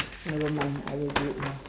nevermind I will do it now